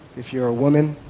if you're a woman,